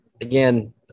again